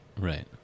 Right